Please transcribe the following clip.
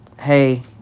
hey